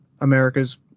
America's